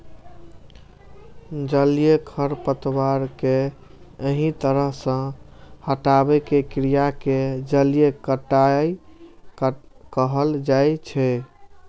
जलीय खरपतवार कें एहि तरह सं हटाबै के क्रिया कें जलीय कटाइ कहल जाइ छै